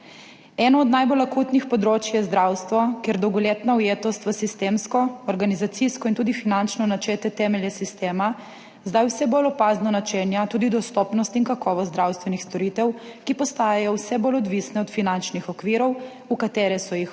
Eno od najbolj akutnih področij je zdravstvo, kjer dolgoletna ujetost v sistemsko, organizacijsko in tudi finančno načete temelje sistema zdaj vse bolj opazno načenja tudi dostopnost in kakovost zdravstvenih storitev, ki postajajo vse bolj odvisne od finančnih okvirov, v katere so jih, hočemo